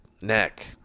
neck